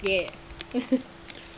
!yay!